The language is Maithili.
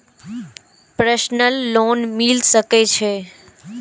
प्रसनल लोन मिल सके छे?